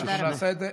תודה רבה.